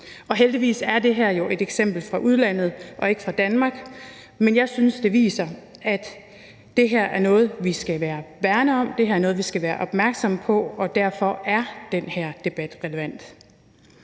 Heldigvis er det her jo et eksempel fra udlandet og ikke fra Danmark, men jeg synes, det viser, at det her er noget, vi skal værne om, at det her er noget, vi skal være opmærksomme på, og derfor er den her debat relevant.